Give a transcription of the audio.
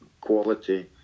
quality